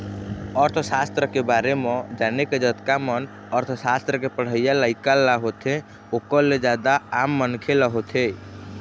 अर्थसास्त्र के बारे म जाने के जतका मन अर्थशास्त्र के पढ़इया लइका ल होथे ओखर ल जादा आम मनखे ल होथे